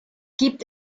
gibt